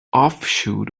offshoot